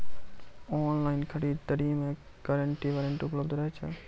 Online खरीद दरी मे गारंटी वारंटी उपलब्ध रहे छै?